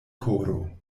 koro